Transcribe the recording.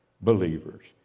believers